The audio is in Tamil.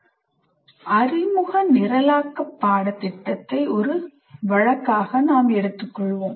1 அறிமுக நிரலாக்க பாடத்திட்டத்தை ஒரு வழக்காக எடுத்துக் கொள்வோம்